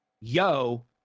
Yo